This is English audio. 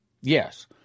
Yes